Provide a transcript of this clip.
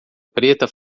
preta